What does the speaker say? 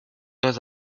dans